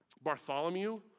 Bartholomew